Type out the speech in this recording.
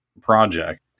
project